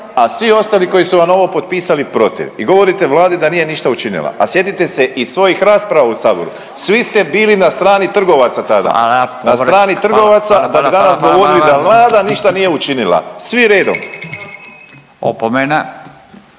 a svi ostali koji su vam ovo potpisali protiv i govorite Vladi da nije ništa učinila, a sjetite se i svojih rasprava u Saboru svi ste bili na strani trgovaca tada, na strani trgovaca … …/Upadica Radin: Hvala. Hvala. Hvala.